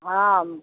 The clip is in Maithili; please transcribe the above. हॅं